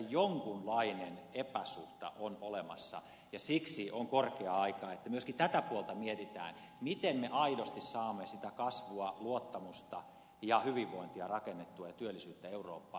kyllä tässä jonkinlainen epäsuhta on olemassa ja siksi on korkea aika että myöskin tätä puolta mietitään miten me aidosti saamme sitä kasvua luottamusta ja hyvinvointia rakennettua ja työllisyyttä eurooppaan